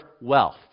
wealth